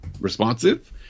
responsive